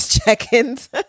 check-ins